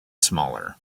smaller